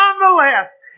nonetheless